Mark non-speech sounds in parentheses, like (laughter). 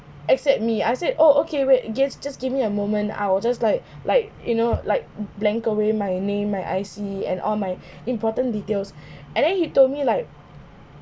except me I said oh okay wait gets just give me a moment I will just like (breath) like you know like blank away my name my I_C and all my (breath) important details (breath) and then he told me like